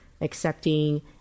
accepting